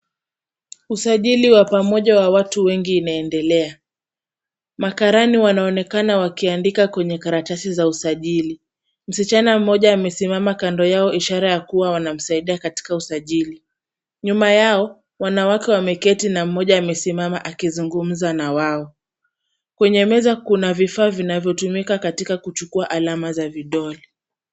Usajili wa pamoja wa watu wengi inaendelea. Makarani wanaonekana wakiandika kwenye karatasi za usajili. Msichana mmoja amesimama kando yao ishara kuwa wanamsaidia kwenye usajili. Nyuma yao, wanawake wameketi na mmoja amesimama akizungumza na wao. Kwenye meza kuna vifaa vinavyotumika katika kuchukua alama za vidole.